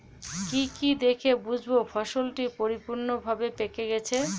কি কি দেখে বুঝব ফসলটি পরিপূর্ণভাবে পেকে গেছে?